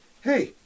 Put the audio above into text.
Hey